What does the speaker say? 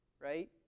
right